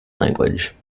language